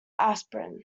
aspirin